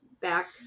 back